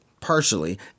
partially